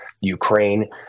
Ukraine